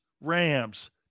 Rams